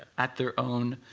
at their own